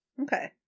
Okay